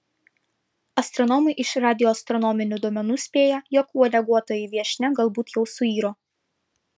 astronomai iš radioastronominių duomenų spėja jog uodeguotoji viešnia galbūt jau suiro